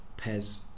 Pez